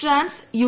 France U